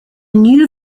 new